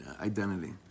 identity